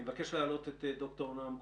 אני מבקש לשמוע את ד"ר נועם גרובר,